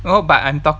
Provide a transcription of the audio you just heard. oh but I'm talk~